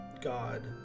god